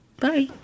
Bye